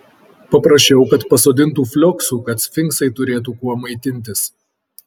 paprašiau kad pasodintų flioksų kad sfinksai turėtų kuo maitintis